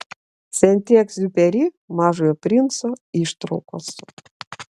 senti egziuperi mažojo princo ištraukos